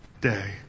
day